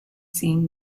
seeing